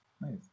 Nice